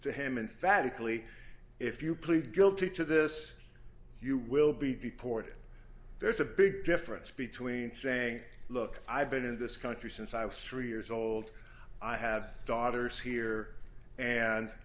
to him in fat italy if you plead guilty to this you will be deported there's a big difference between saying look i've been in this country since i've saree years old i have daughters here and